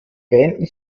beenden